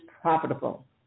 profitable